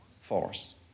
force